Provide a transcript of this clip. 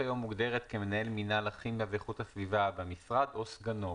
הרשות היום מוגדרת כ"מנהל מינהל הכימיה ואיכות הסביבה במשרד או סגנו",